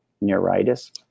neuritis